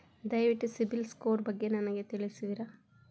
ದಯವಿಟ್ಟು CIBIL score ಬಗ್ಗೆ ನನಗೆ ತಿಳಿಸುವಿರಾ?